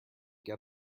get